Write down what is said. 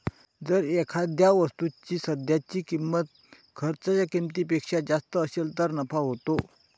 जर एखाद्या वस्तूची सध्याची किंमत खर्चाच्या किमतीपेक्षा जास्त असेल तर नफा होतो